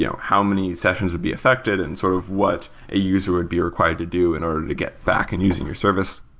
you know how many sessions would be affected and sort of what a user would be required to do in order to get back and using your service.